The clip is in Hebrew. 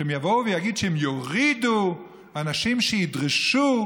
שהם יבואו ויגידו שהם יורידו אנשים שידרשו,